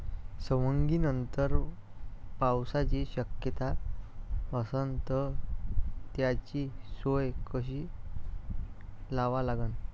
सवंगनीनंतर पावसाची शक्यता असन त त्याची सोय कशी लावा लागन?